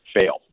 fail